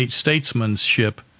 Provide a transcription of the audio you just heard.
statesmanship